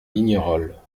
lignerolles